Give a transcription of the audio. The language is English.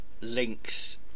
links